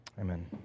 Amen